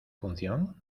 función